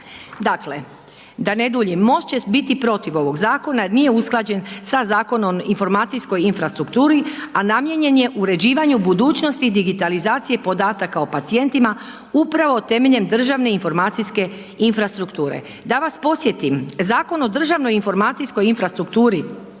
Dakle, da ne duljim MOST će biti protiv ovog zakona jer nije usklađen sa Zakonom informacijskoj infrastrukturi, a namijenjen je uređivanju budućnosti digitalizacije podataka o pacijentima upravo temeljem državne informacijske infrastrukture. Da vas podsjetim, Zakon o državnoj informacijskoj infrastrukturi